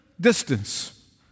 distance